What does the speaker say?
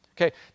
Okay